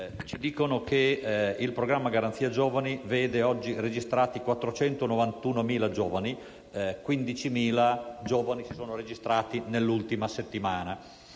ci dicono che il programma Garanzia giovani vede oggi registrati 491.000 giovani, di cui 15.000 si sono registrati solo nell'ultima settimana.